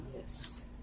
yes